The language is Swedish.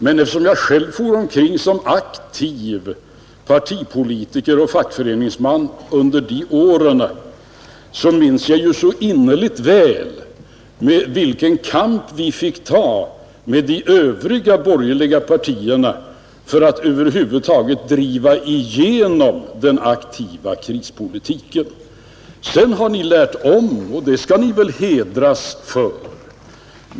Men eftersom jag själv for omkring som aktiv partipolitiker och fackföreningsman under de åren minns jag så innerligt väl vilken kamp vi fick föra med de övriga borgerliga partierna för att över huvud taget kunna driva igenom den aktiva krispolitiken. Sedan har ni lärt om, och det skall ni väl hedras för.